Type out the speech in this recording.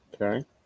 Okay